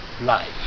life